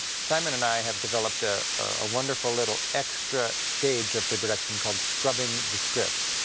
simon and i have developed ah a wonderful little extra stage of the production called scrubbing the script.